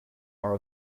are